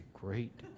great